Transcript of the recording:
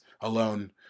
alone